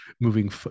moving